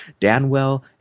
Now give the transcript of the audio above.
Danwell